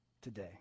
Today